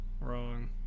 wrong